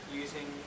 using